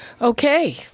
Okay